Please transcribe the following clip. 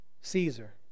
Caesar